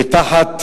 ותחת,